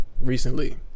Recently